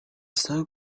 sole